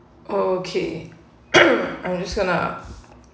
okay I'm just gonna